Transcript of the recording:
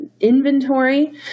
inventory